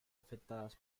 afectadas